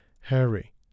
harry